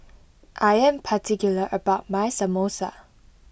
I am particular about my Samosa